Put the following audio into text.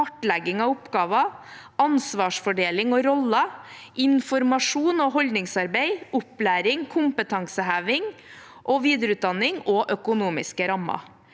kartlegging av oppgaver, ansvarsfordeling og roller, informasjon og holdningsarbeid, opplæring, kompetanseheving, videreutdanning og økonomiske rammer.